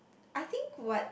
I think what